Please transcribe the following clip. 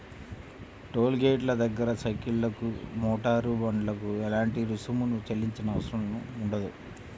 toll గేటుల దగ్గర సైకిళ్లకు, మోటారు బండ్లకు ఎలాంటి రుసుమును చెల్లించనవసరం పడదు